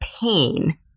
pain